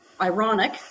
Ironic